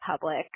public